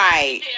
Right